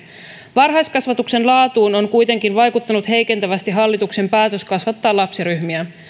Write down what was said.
varhaiskasvatuksen laatuun on kuitenkin vaikuttanut heikentävästi hallituksen päätös kasvattaa lapsiryhmiä